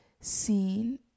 seen